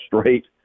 straight